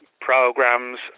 programs